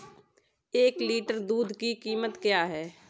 एक लीटर दूध की कीमत क्या है?